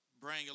Bring